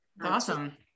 Awesome